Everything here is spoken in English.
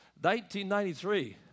1993